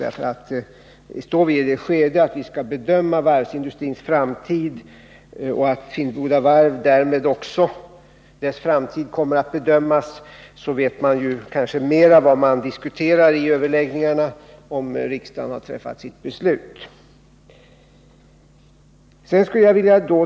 Är vi inne i det skedet att vi skall bedöma varvsindustrins och därmed även Finnboda varvs framtid vet man kanske mera vad man diskuterar under överläggningarna, om riksdagen har fattat sitt beslut.